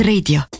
Radio